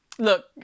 Look